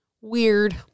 Weird